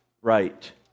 right